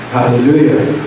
Hallelujah